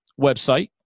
website